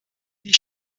die